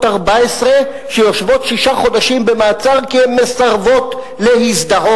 14 שיושבות שישה חודשים במעצר כי הן מסרבות להזדהות.